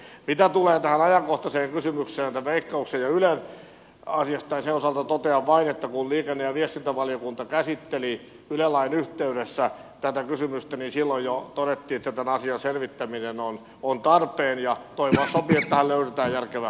mitä tulee tähän ajankohtaiseen kysymykseen veikkauksen ja ylen osalta totean vain että kun liikenne ja viestintävaliokunta käsitteli yle lain yhteydessä tätä kysymystä niin silloin jo todettiin että tämän asian selvittäminen on tarpeen ja toivoa sopii että tähän löydetään järkevä ratkaisu